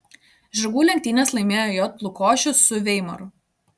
žirgų lenktynes laimėjo j lukošius su veimaru